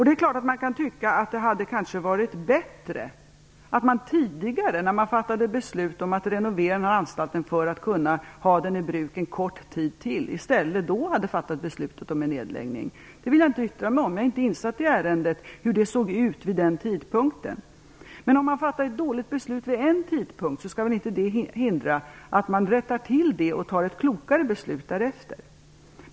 Det är klart att man kan tycka att det kanske hade varit bättre att tidigare, när beslut fattades om att renovera anstalten för att kunna ha den i bruk ytterligare en kort tid, fatta beslut om en nedläggning. Det vill jag dock inte yttra mig om, för jag är inte insatt i hur det såg ut vid den tidpunkten. Men om ett dåligt beslut fattas vid en tidpunkt skall det väl inte hindra att man rättar till det och fattar ett klokare beslut därefter.